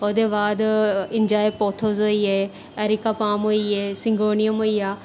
ओह्दे बाद enjoy pothos होई गे इरिकाबाम होई गे सिगोनियम होई गेआ